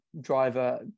driver